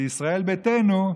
לישראל ביתנו,